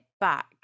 Back